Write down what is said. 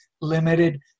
limited